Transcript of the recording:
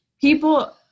people